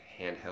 handheld